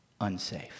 unsafe